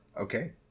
Okay